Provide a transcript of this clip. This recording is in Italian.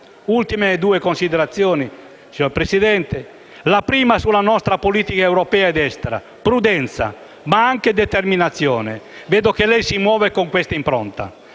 ultime considerazioni. La prima è sulla nostra politica europea ed estera: prudenza, ma anche determinazione, e vedo che lei si muove con questa impronta.